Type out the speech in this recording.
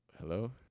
hello